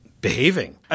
behaving